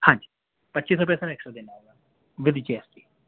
ہاں جی پچیس روپئے سر ایکسٹرا دینا ہوگا وہ دیجیے آپ پلیز